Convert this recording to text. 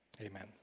amen